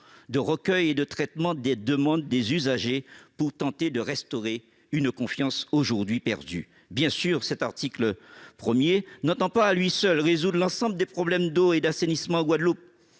de recueil et de traitement des demandes des usagers pour tenter de restaurer une confiance aujourd'hui perdue. Bien sûr, cet article 1 n'entend pas, à lui seul, résoudre l'ensemble des problèmes d'eau et d'assainissement en Guadeloupe,